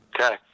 Okay